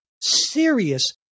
serious